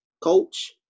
Coach